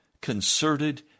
concerted